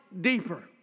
deeper